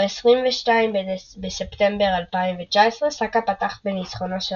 ב-22 בספטמבר 2019 סאקה פתח בניצחונה של